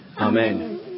Amen